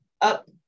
up